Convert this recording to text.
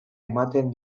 ematen